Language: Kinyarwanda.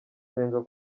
nsenga